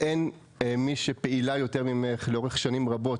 אין מי שפעילה יותר ממך לאורך שנים רבות,